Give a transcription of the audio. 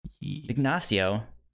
Ignacio